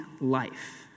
life